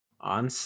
on